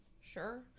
Sure